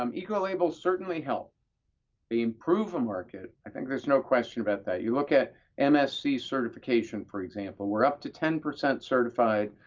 um ecolabels certainly help. they improve a market. i think there's no question about that. you look at and msc certification, for example. we're up to ten percent certified.